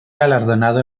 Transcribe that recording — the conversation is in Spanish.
galardonado